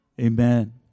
amen